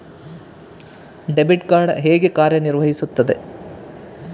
Debit card ಹೇಗೆ ಕಾರ್ಯನಿರ್ವಹಿಸುತ್ತದೆ?